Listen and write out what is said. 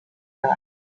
are